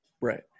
Right